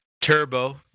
Turbo